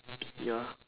ya